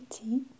tea